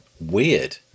weird